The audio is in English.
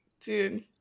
dude